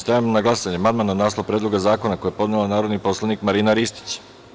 Stavljam na glasanje amandman na naslov Predloga zakona koji je podnela narodni poslanik Marina Ristić.